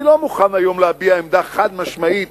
אני לא מוכן היום להביע עמדה חד-משמעית